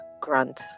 grunt